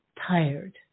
tired